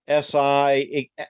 SI